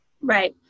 Right